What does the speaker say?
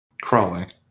crawling